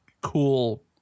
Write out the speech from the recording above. cool